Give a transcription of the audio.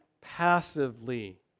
passively